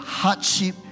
hardship